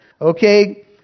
Okay